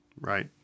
right